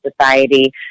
Society